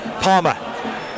Palmer